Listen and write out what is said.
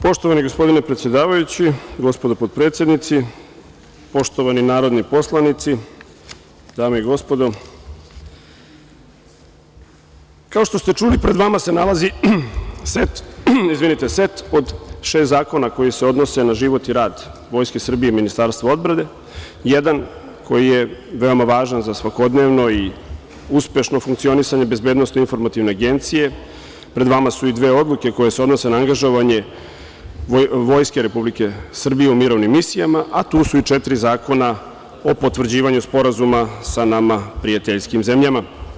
Poštovani gospodine predsedavajući, gospodo potpredsednici, poštovani narodni poslanici, dame i gospodo, kao što ste čuli, pred nama se nalazi set od šest zakona koji se odnose na život i rad Vojske Srbije i ministarstva odbrane, jedan koji je veoma važan za svakodnevno i uspešno funkcionisanje BIA, pred vama su i dve odluke koje se odnose na angažovanje Vojske Republike Srbije u mirovnim misijama, a tu su i četiri zakona o potvrđivanju sporazuma sa nama prijateljskim zemljama.